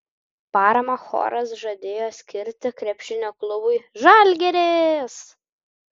paramą choras žadėjo skirti krepšinio klubui žalgiris